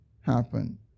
happen